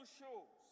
shows